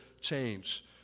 change